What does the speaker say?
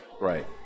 Right